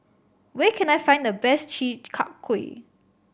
where can I find the best Chi Kak Kuih